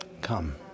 Come